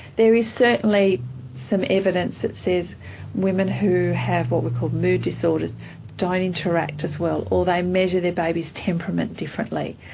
there is certainly some evidence that says women who have what we call mood disorders don't interact as well, or they measure their baby's temperament differently.